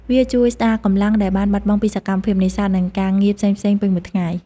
វាជួយស្តារកម្លាំងដែលបានបាត់បង់ពីសកម្មភាពនេសាទនិងការងារផ្សេងៗពេញមួយថ្ងៃ។